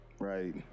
Right